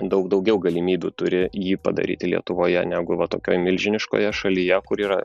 daug daugiau galimybių turi jį padaryti lietuvoje negu va tokioj milžiniškoje šalyje kur yra